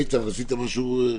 איתן, רצית להגיד משהו?